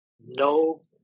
No